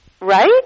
Right